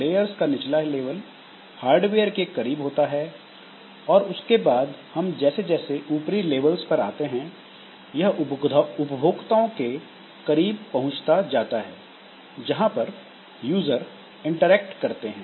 layers का निचला level hardware के करीब होता है और उसके बाद हम जैसे जैसे ऊपरी लेबल्स पर आते हैं यह उपभोक्ताओं के करीब पहुंचता जाता है जहां पर यूजर इंटरेक्ट करते हैं